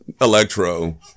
Electro